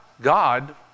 God